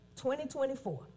2024